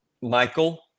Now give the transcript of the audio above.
Michael